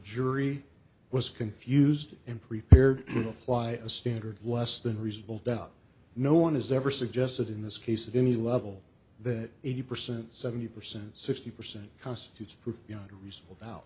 jury was confused and prepared to apply a standard less than reasonable doubt no one has ever suggested in this case that any level that eighty percent seventy percent sixty percent constitutes proof beyond reasonable doubt